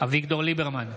אביגדור ליברמן,